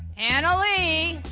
and away.